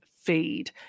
feed